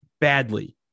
badly